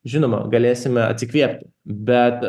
žinoma galėsime atsikvėpti bet